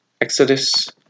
Exodus